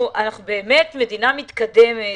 אנחנו באמת מדינה מתקדמת.